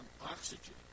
oxygen